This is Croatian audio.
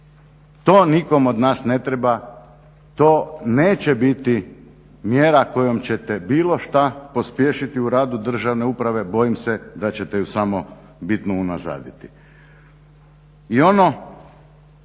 To nikom od nas ne treba, to neće biti mjera kojom ćete bilo šta pospješiti u radu državne uprave. Bojim se da ćete ju samo bitno unazaditi.